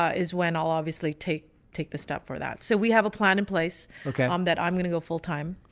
ah is when i'll obviously take take the step for that so we have a plan in place okay, i'm that i'm going to go full time